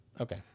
Okay